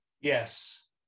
Yes